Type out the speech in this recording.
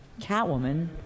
Catwoman